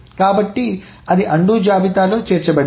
కాబట్టి అది అన్డు జాబితాలో చేర్చబడింది